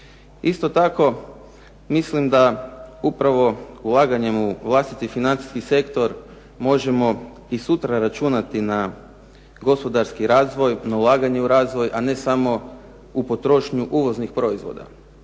Isto tako mislim da upravo ulaganjem u vlastiti financijski sektor, možemo i sutra računati na gospodarski razvoj, na ulagani razvoj, a ne samo na potrošnju uvoznih proizvoda.